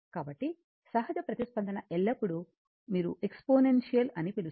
కాబట్టి సహజ ప్రతిస్పందన ఎల్లప్పుడూ మీరు ఎక్స్పోనెన్షియల్ అని పిలుస్తారు